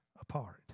apart